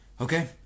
Okay